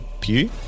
Pew